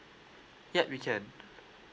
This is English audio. yup you can